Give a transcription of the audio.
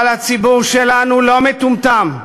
אבל הציבור שלנו לא מטומטם.